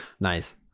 Nice